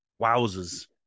Wowzers